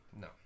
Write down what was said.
No